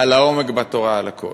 על העומק בתורה ועל הכול.